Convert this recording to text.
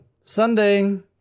Sunday